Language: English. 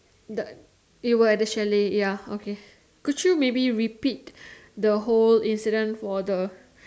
the they were at the chalet ya okay could you maybe repeat the whole incident for the